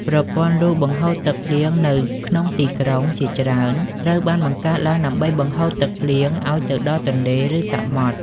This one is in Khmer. ប្រព័ន្ធលូបង្ហូរទឹកភ្លៀងនៅក្នុងទីក្រុងជាច្រើន ត្រូវបានបង្កើតឡើងដើម្បីបង្ហូរទឹកភ្លៀងឱ្យទៅដល់ទន្លេ ឬសមុទ្រ។